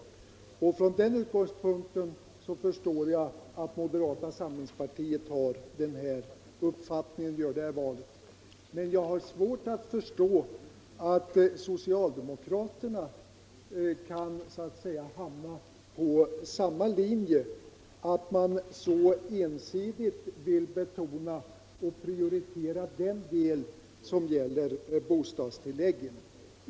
Från den utgångspunkten förstår jag att moderata samlingspartiet gör detta val. Men jag har svårt att förstå att socialdemokraterna kan hamna på samma linje, som så ensidigt prioriterar bostadstilläggen.